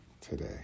today